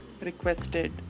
requested